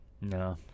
No